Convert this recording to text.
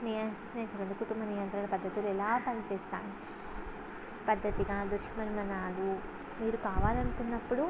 నియం కుటుంబ నియంత్రణ పద్ధతులు ఎలా పనిచేస్తాయి పద్ధతిగా దుష్మంమనాలు మీరు కావాలనుకున్నప్పుడు